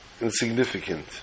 insignificant